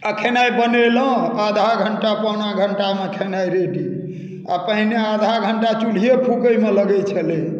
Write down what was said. आ खेनाइ बनेलहुँ आधा घण्टा पौने घण्टामे खेनाइ रेडी आ पहिने आधा घण्टा चूल्हिए फुकैमे लगै छलै